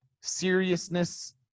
seriousness